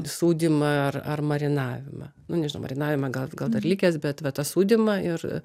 sūdymą ar ar marinavimą nu nežinau marinavimą gal gal dar likęs bet va tą sūdymą ir